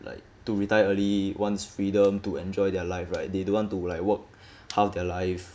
like to retire early wants freedom to enjoy their life right they don't want to like work half their life